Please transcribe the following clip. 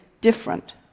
different